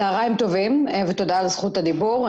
צוהריים טובים ותודה על זכות הדיבור.